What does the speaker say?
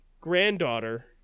granddaughter